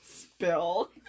Spill